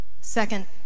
Second